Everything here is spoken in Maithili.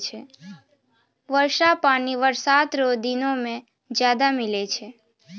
वर्षा पानी बरसात रो दिनो मे ज्यादा मिलै छै